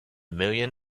million